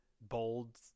bold